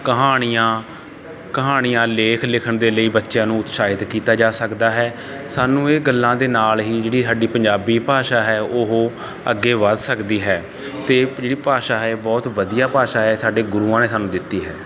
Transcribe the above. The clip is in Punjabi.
ਕਹਾਣੀਆਂ ਕਹਾਣੀਆਂ ਲੇਖ ਲਿਖਣ ਦੇ ਲਈ ਬੱਚਿਆਂ ਨੂੰ ਉਤਸ਼ਾਹਿਤ ਕੀਤਾ ਜਾ ਸਕਦਾ ਹੈ ਸਾਨੂੰ ਇਹ ਗੱਲਾਂ ਦੇ ਨਾਲ ਹੀ ਜਿਹੜੀ ਸਾਡੀ ਪੰਜਾਬੀ ਭਾਸ਼ਾ ਹੈ ਉਹ ਅੱਗੇ ਵਧ ਸਕਦੀ ਹੈ ਅਤੇ ਜਿਹੜੀ ਭਾਸ਼ਾ ਹੈ ਬਹੁਤ ਵਧੀਆ ਭਾਸ਼ਾ ਹੈ ਸਾਡੇ ਗੁਰੂਆਂ ਨੇ ਸਾਨੂੰ ਦਿੱਤੀ ਹੈ